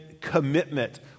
commitment